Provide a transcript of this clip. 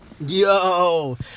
Yo